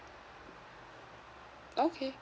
okay